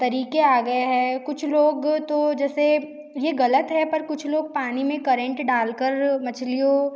तरीक़े आ गए है कुछ लोग तो जैसे ये ग़लत है पर कुछ लोग पानी में करेंट डाल कर मछलियों